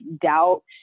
doubt